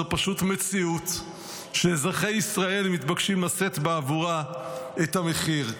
זו פשוט מציאות שאזרחי ישראל מתבקשים לשאת בעבורה את המחיר,